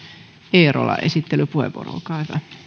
eerola esittelypuheenvuoro